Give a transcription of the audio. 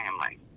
family